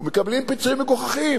ומקבלים פיצויים מגוחכים.